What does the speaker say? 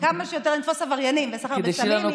כמה שיותר נתפוס עבריינים בסחר בסמים,